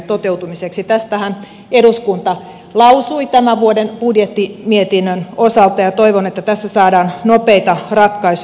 tästähän eduskunta lausui tämän vuoden budjettimietinnön osalta ja toivon että tässä saadaan nopeita ratkaisuja